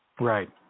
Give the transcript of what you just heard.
Right